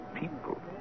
people